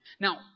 Now